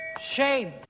Shame